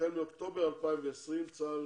החל מאוקטובר 2020 צה"ל